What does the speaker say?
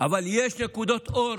אבל יש נקודות אור